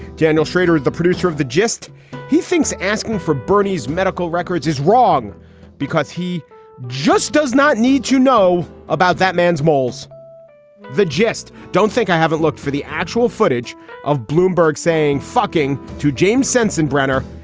daniel shrader, the producer of the gist he thinks asking for bernie's medical records is wrong because he just does not need to know about that man's moles the gist? don't think i haven't looked for the actual footage of bloomberg saying fucking to james sensenbrenner.